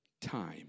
time